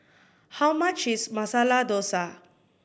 how much is Masala Dosa